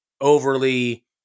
overly